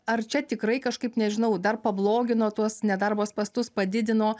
ar čia tikrai kažkaip nežinau dar pablogino tuos nedarbo spąstus padidino